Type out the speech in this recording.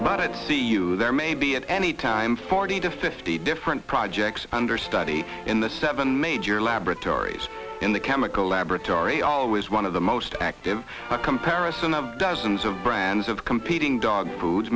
it there may be at any time forty to fifty different projects under study in the seven major laboratories in the chemical laboratory always one of the most active a comparison of dozens of brands of competing dog food